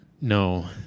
No